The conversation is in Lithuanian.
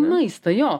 maistą jo